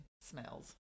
smells